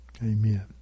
amen